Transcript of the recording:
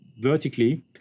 vertically